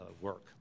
work